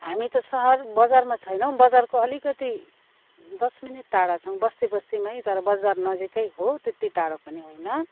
हामी त सहर बजारमा छैनौँ बजारको अलिकति दस मिनट टाढा छौँ बस्ती बस्तीमै तर बजार नजिकै हो त्यति टाढो पनि होइन